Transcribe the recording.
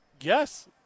yes